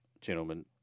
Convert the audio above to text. gentlemen